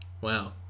Wow